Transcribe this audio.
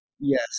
yes